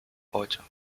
ocho